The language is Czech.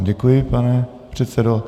Děkuji vám, pane předsedo.